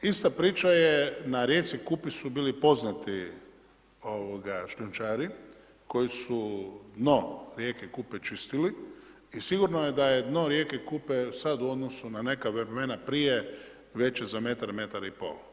Ista priča je, na rijeci Kupi su bili poznati šljunčari, koji su dno rijeke Kupe čistili i sigurno je da dno rijeke Kupe, sada u odnosu, na neka vremena prije, veća za metar, metar i pol.